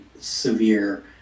severe